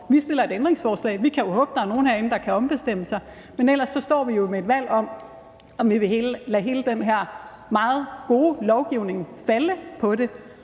vi stiller et ændringsforslag. Vi kan jo håbe, at der er nogle herinde, der ombestemmer sig. Men ellers står vi jo med et valg, om vi vil lade hele den her meget gode lovgivning falde på det,